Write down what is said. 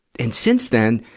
and since then,